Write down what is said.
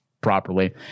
properly